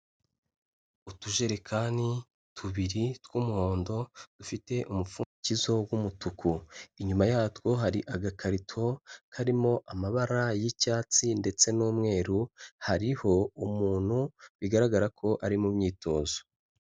Utujerekani tubiri tw'umuhondo dufite umupfukizo w'umutuku. Inyuma yatwo hari agakarito karimo amabara y'icyatsi ndetse n'umweru, hariho umuntu bigaragara ko ari mu myitozo.